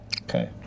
Okay